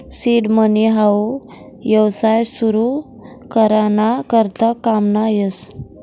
seed money हाऊ येवसाय सुरु करा ना करता काममा येस